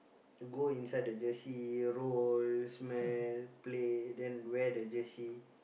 go inside the jersey roll smell play then wear the jersey